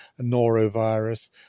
norovirus